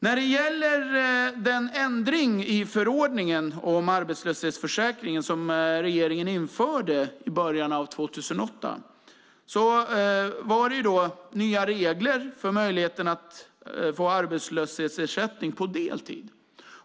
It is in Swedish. När det gäller den ändring i förordningen om arbetslöshetsförsäkringen som regeringen införde i början av 2008 var det nya regler för möjligheten att få arbetslöshetsersättning på deltid.